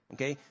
Okay